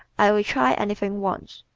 i will try anything once.